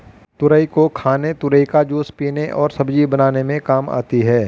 तुरई को खाने तुरई का जूस पीने और सब्जी बनाने में काम आती है